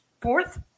fourth